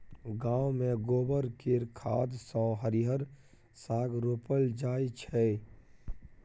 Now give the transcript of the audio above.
गांव मे गोबर केर खाद सँ हरिहर साग रोपल जाई छै